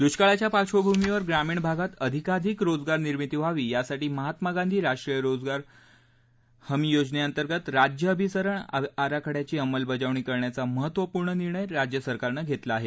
द्ष्काळाच्या पार्श्वभूमीवर ग्रामीण भागात अधिकाधिक रोजगार निर्मिती व्हावी यासाठी महात्मा गांधी राष्ट्रीय ग्रामीण रोजगार हमी योजनेअंतर्गत राज्य अभिसरण आराखड्याची अंमलबजावणी करण्याचा महत्त्वपूर्ण निर्णय राज्य सरकारनं घेतला आहे